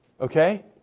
Okay